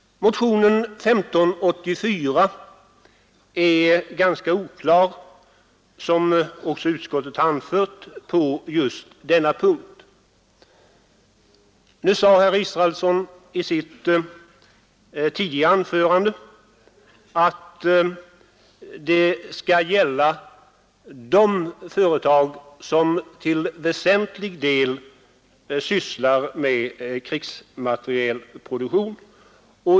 Motionen 1584 är, som utskottet också anfört, ganska oklar på just denna punkt. I sitt tidigare anförande sade herr Israelsson, att ett förstatligande skulle gälla just de företag, som till väsentlig del sysslar med krigsmaterielproduktion.